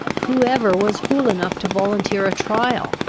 who ever was fool enough to volunteer a trial,